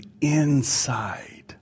inside